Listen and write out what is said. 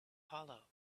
hollow